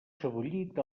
sebollit